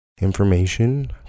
information